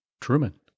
Truman